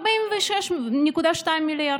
46.2 מיליארד,